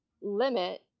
limit